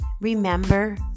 Remember